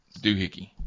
doohickey